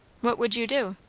what would you do?